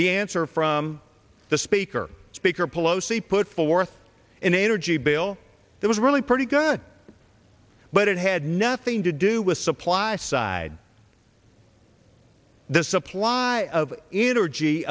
the answer from the speaker speaker pelosi put forth an energy bill that was really pretty good but it had nothing to do with supply side the supply of energy